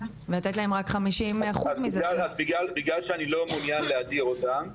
ולתת להם רק 50% מזה --- אז בגלל שאני לא מעוניין להדיר אותם,